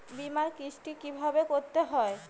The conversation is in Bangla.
বিমার কিস্তি কিভাবে করতে হয়?